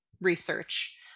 research